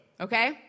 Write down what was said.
Okay